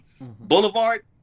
Boulevard